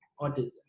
autism